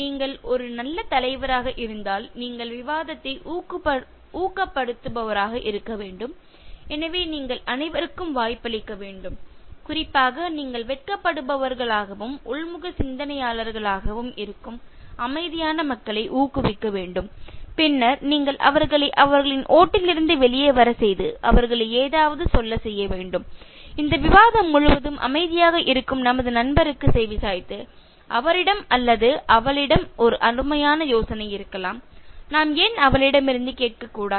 நீங்கள் ஒரு நல்ல தலைவராக இருந்தால் நீங்கள் விவாதத்தை ஊக்கப்படுத்துபவராக இருக்க வேண்டும் எனவே நீங்கள் அனைவருக்கும் வாய்ப்பளிக்க வேண்டும் குறிப்பாக நீங்கள் வெட்கப்படுபவர்களாகவும் உள்முக சிந்தனையாளர்களாகவும் இருக்கும் அமைதியான மக்களை ஊக்குவிக்க வேண்டும் பின்னர் நீங்கள் அவர்களை அவர்களின் ஓட்டிலிருந்து வெளியே வரச் செய்து அவர்களை ஏதாவது சொல்லச் செய்ய வேண்டும் இந்த விவாதம் முழுவதும் அமைதியாக இருக்கும் நமது நண்பருக்கு செவிசாய்த்து அவரிடம் அல்லது அவளிடம் ஒரு அருமையான யோசனை இருக்கலாம் நாம் ஏன் அவளிடமிருந்து கேட்கக்கூடாது